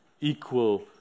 equal